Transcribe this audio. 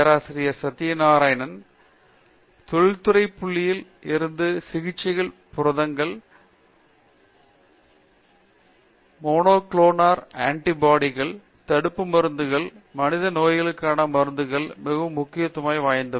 பேராசிரியர் சத்யநாராயண நா கும்மடி தொழிற்துறை புள்ளியில் இருந்து சிகிச்சை புரதங்கள் மோனோக்ளோனல் ஆன்டிபாடிகள் தடுப்பு மருந்துகள் மனித நோய்களுக்கான மருந்துகள் மிகவும் முக்கியத்துவம் வாய்ந்தவை